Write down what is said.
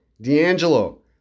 D'Angelo